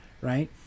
Right